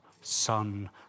son